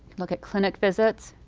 look at clinic visits.